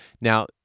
Now